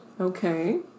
Okay